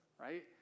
right